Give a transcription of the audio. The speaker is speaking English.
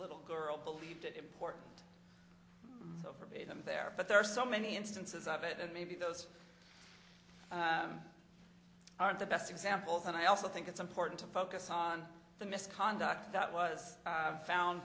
little girl believed it important overbet them there but there are so many instances of it and maybe those aren't the best examples and i also think it's important to focus on the misconduct that was found